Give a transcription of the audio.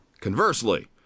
Conversely